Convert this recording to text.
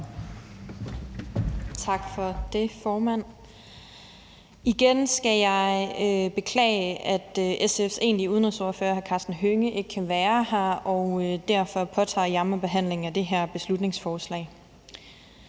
Tak for det, formand. Igen skal jeg beklage, at SF's egentlige udenrigsordfører, hr. Karsten Hønge, ikke kan være her, og derfor påtager jeg mig behandlingen af det her beslutningsforslag.